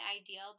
ideal